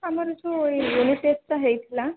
ଆମର ଯେଉଁ ୟୁନିଟ୍ ଟେଷ୍ଟ୍ଟା ହୋଇଥିଲା